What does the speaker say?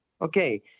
Okay